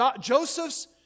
Joseph's